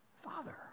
Father